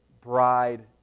bride